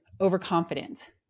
overconfident